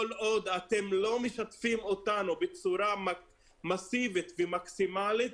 כל עוד אתם לא משתפים אותנו בצורה מאסיבית ומקסימלית,